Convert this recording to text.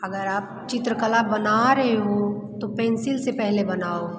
अगर आप चित्रकला बना रहे हों तो पेंसिल से पहले बनाओ